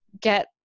get